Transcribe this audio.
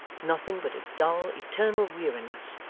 nothing but a dull eternal weariness,